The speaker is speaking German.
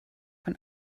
von